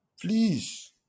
Please